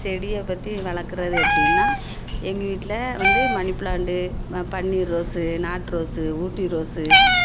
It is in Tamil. செடியை பற்றி வளர்க்குறது எப்படின்னா எங்கள் வீட்டில் வந்து மணி ப்ளாண்டு பன்னீர் ரோஸு நாட்டு ரோஸு ஊட்டி ரோஸு